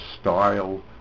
style